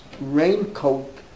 raincoat